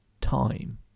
time